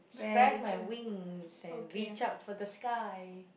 spread my wings and reach out for the sky